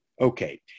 Okay